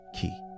key